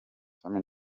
family